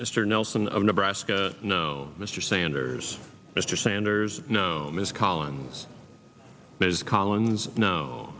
mr nelson of nebraska no mr sanders mr sanders no miss collins ms collins no